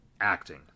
acting